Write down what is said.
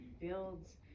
builds